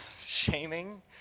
shaming